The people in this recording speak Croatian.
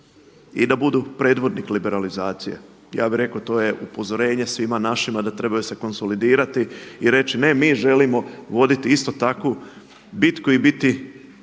i da budu predvodnik liberalizacije. Ja bih rekao to je upozorenje svima našima da trebaju se konsolidirati i reći ne mi želimo voditi isto takvu bitku i biti